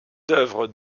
d’œuvre